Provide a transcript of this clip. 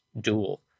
dual